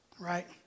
right